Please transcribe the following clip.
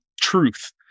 truth